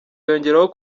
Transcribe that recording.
yongeraho